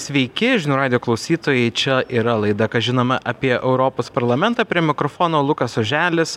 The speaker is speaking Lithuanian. sveiki žinių radijo klausytojai čia yra laida ką žinome apie europos parlamentą prie mikrofono lukas oželis